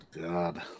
God